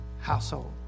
household